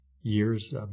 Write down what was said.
years